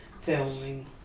filming